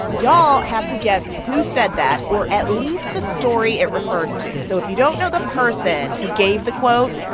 y'all have to guess who said that or at least the story it refers to. so if you don't know the person who gave the quote,